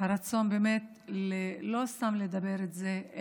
כך באמת הרצון לא סתם לדבר על זה,